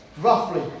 Roughly